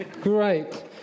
Great